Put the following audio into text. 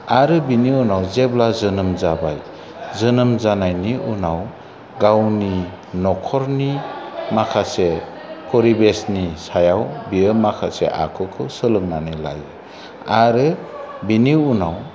आरो बेनि उनाव जेब्ला जोनोम जाबाय जोनोम जानायनि उनाव गावनि न'खरनि माखासे फरिबेसनि सायाव बियो माखासे आखुखौ सोलोंनानै लायो आरो बेनि उनाव